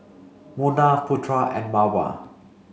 Munah Putra and Mawar